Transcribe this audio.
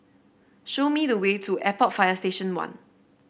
show me the way to Airport Fire Station One